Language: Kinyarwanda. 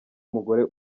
umugore